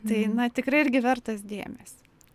tai na tikrai irgi vertas dėmesio